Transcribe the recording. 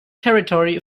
territory